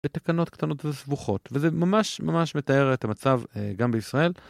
ותקנות קטנות וסבוכות, וזה ממש ממש מתאר את המצב גם בישראל.